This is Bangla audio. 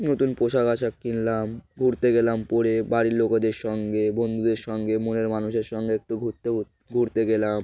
নতুন পোশাক আশাক কিনলাম ঘুরতে গেলাম পরে বাড়ির লোকদের সঙ্গে বন্ধুদের সঙ্গে মনের মানুষের সঙ্গে একটু ঘুরতে ঘুরতে গেলাম